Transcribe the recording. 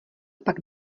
pak